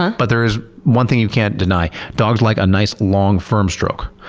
but there is one thing you can't deny. dogs like a nice long, firm stroke.